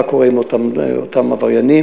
מה קורה עם אותם עבריינים,